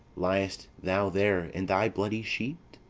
liest thou there in thy bloody sheet?